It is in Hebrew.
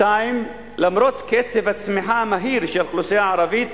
2. למרות קצב הצמיחה המהיר של האוכלוסייה הערבית,